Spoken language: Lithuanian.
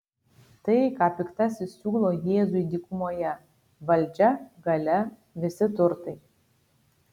tai ką piktasis siūlo jėzui dykumoje valdžia galia visi turtai